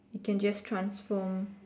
you can just transform